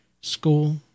school